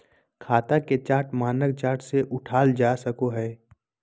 खाता के चार्ट मानक चार्ट से उठाल जा सकय हइ